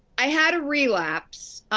i had a relapse.